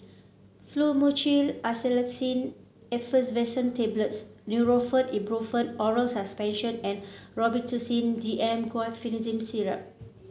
Fluimucil Acetylcysteine Effervescent Tablets Nurofen Ibuprofen Oral Suspension and Robitussin D M Guaiphenesin Syrup